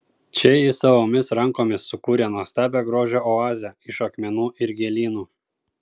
čia ji savomis rankomis sukūrė nuostabią grožio oazę iš akmenų ir gėlynų